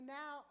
now